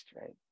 right